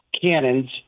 cannons